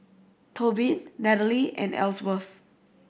Tobin Natalie and Ellsworth